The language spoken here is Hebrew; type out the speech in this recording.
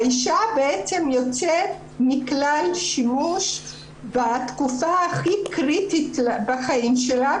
האישה בעצם יוצאת מכלל שימוש בתקופה הכי קריטית בחיים שלה,